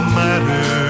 matter